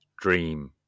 dream